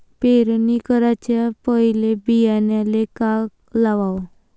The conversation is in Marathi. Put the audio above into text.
पेरणी कराच्या पयले बियान्याले का लावाव?